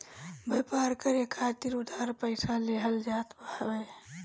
व्यापार करे खातिर उधार पईसा लेहल जात हवे